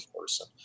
person